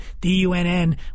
D-U-N-N